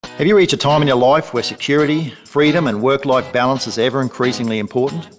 have you reached a time in your life where security, freedom and work life balance is ever increasingly important?